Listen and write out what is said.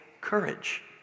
courage